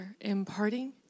imparting